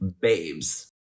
babes